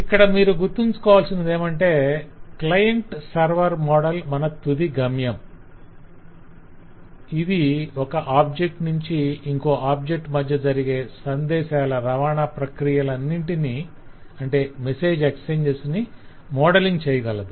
ఇక్కడ మీరు గుర్తుంచుకోవాల్సిందేమంటే క్లయింట్ సర్వర్ మోడల్ మన తుది గమ్యం - ఇది ఒక ఆబ్జెక్ట్ నుంచి ఇంకొక ఆబ్జెక్ట్ మధ్య జరిగే సందేశాల రవాణా ప్రక్రియలన్నింటినీ మోడలింగ్ చేయగలదు